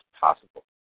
possible